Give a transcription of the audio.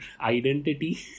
identity